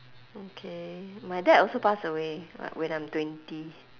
okay my dad also pass away when I'm twenty